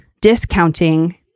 discounting